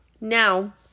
Now